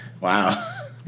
Wow